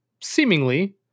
seemingly